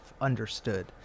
understood